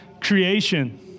creation